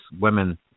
women